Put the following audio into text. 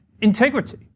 integrity